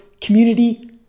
community